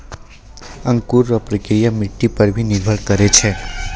अंकुर रो प्रक्रिया मट्टी पर भी निर्भर करै छै